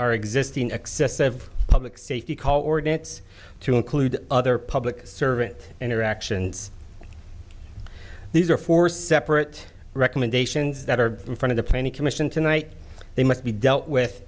our existing excessive public safety call ordinance to include other public servant interactions these are four separate recommendations that are from the planning commission tonight they must be dealt with